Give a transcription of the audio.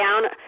down